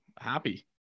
happy